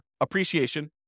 appreciation